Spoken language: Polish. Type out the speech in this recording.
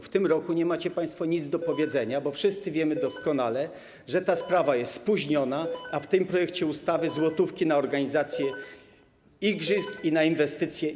W tym roku nie macie państwo nic do powiedzenia, bo wszyscy wiemy doskonale, że ta sprawa jest spóźniona, a w tym projekcie ustawy nie dajecie złotówki na organizację igrzysk i na inwestycje.